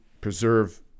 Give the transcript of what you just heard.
preserve